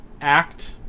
act